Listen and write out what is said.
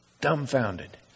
dumbfounded